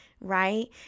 right